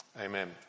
Amen